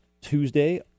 Tuesday